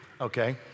okay